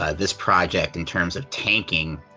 ah this project in terms of tanking